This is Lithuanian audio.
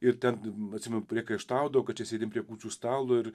ir ten atsimenu priekaištaudavo kad čia sėdim prie kūčių stalo ir